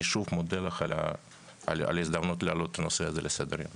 אני שוב מודה לך על ההזדמנות להעלות את הנושא הזה לסדר היום,